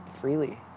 freely